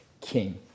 king